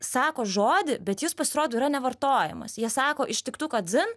sako žodį bet jis pasirodo yra nevartojamas jie sako ištiktuką dzin